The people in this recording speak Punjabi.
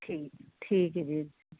ਠੀਕ ਠੀਕ ਜੀ